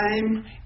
time